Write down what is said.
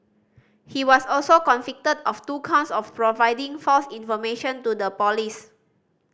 he was also convicted of two counts of providing false information to the police